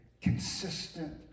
consistent